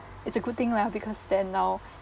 it's a good thing lah because then now